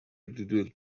دودول